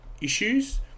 issues